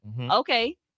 Okay